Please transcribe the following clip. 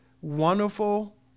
wonderful